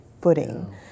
footing